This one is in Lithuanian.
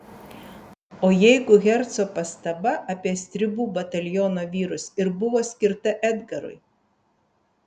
o jeigu herco pastaba apie stribų bataliono vyrus ir buvo skirta edgarui